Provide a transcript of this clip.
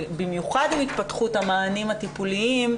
במיוחד עם התפתחות המענים הטיפוליים,